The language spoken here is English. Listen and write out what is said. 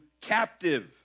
captive